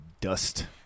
dust